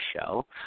show